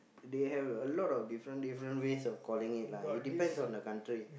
they have a lot of different different ways of calling it lah it depends on the country